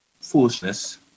foolishness